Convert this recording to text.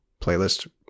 playlist